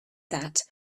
that